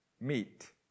meet